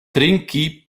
trinki